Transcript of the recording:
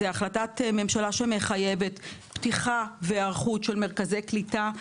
זו החלטה ממשלה שמחייבת פתיחה והיערכות של מרכזי קליטה,